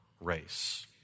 race